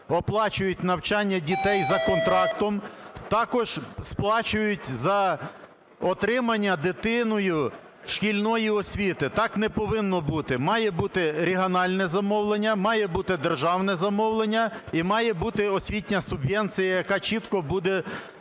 оплачують навчання дітей за контрактом, також сплачують за отримання дитиною шкільної освіти. Так не повинно бути. Має бути регіональне замовлення, має бути державне замовлення і має бути освітня субвенція, яка чітко буде